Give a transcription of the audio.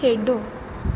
ਖੇਡੋ